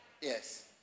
Yes